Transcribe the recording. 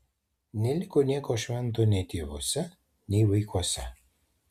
neliko nieko švento nei tėvuose nei vaikuose